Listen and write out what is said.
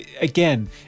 again